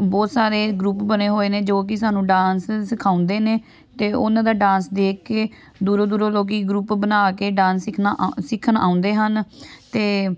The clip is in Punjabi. ਬਹੁਤ ਸਾਰੇ ਗਰੁੱਪ ਬਣੇ ਹੋਏ ਨੇ ਜੋ ਕਿ ਸਾਨੂੰ ਡਾਂਸ ਸਿਖਾਉਂਦੇ ਨੇ ਅਤੇ ਉਹਨਾਂ ਦਾ ਡਾਂਸ ਦੇਖ ਕੇ ਦੂਰੋਂ ਦੂਰੋਂ ਲੋਕ ਗਰੁੱਪ ਬਣਾ ਕੇ ਡਾਂਸ ਸਿਖਣਾ ਆਉਂ ਸਿੱਖਣ ਆਉਂਦੇ ਹਨ ਅਤੇ